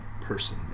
person